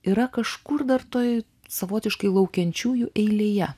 yra kažkur dar toj savotiškai laukiančiųjų eilėje